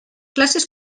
classes